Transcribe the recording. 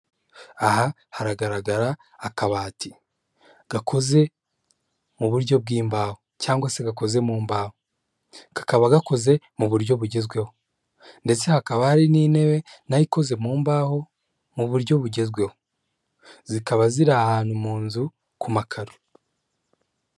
Aha hagaragara akabati gakoze mu buryo bw'imbaho cyangwa se gakoze mu mbahoho, kakaba gakoze mu buryo bugezweho, ndetse hakaba hari n'intebe nayo ikoze mu mbaho mu buryo bugezweho, zikaba ziri ahantu mu nzu ku makaro.